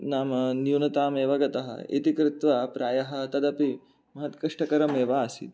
नाम न्यूनतामेव गतः इति कृत्वा प्रायः तदपि महत् कष्टकरमेव आसीत्